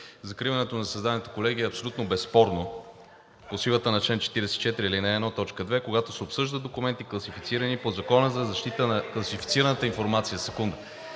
Закриването на заседанието, колеги, е абсолютно безспорно по силата на чл. 44, ал. 1, т. 2, когато се обсъждат документи, класифицирани по Закона за защита на класифицираната информация.